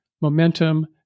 momentum